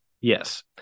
Yes